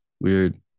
weird